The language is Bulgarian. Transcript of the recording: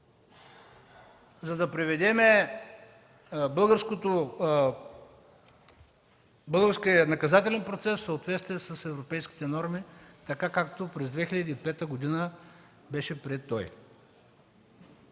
за да приведем българския наказателен процес в съответствие с европейските норми, така както през 2005 г. той беше приет.